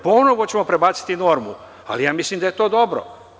Ponovo ćemo prebaciti normu, ali mislim da je to dobro.